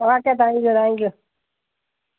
okay thank you thank you